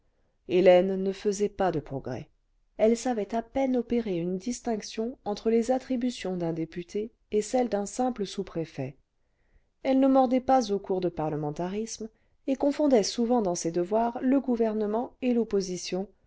hélène ne faisait pas de progrès elle savait à peine opérer une distinction entre les attributions d'un député et celles d'un simple sous-préfet elle ne mordait pas au cours de parlementarisme et confondait souvent dans ses devoirs le gouvernement et l'opposition